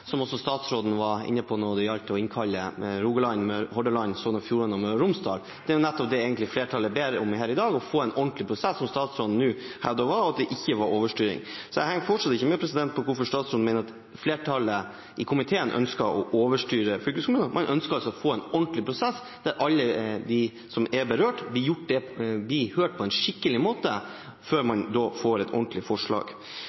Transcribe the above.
som statsråden også var inne på når det gjaldt å innkalle Rogaland, Hordaland, Sogn og Fjordane og Møre og Romsdal. Det er nettopp det å få en ordentlig prosess flertallet egentlig ber om i dag – noe statsråden nå hevder ikke var overstyring. Jeg henger fortsatt ikke med på hvorfor statsråden mener at flertallet i komiteen ønsker å overstyre fylkeskommunene. Man ønsker å få en ordentlig prosess der alle som er berørt, blir hørt på en skikkelig måte før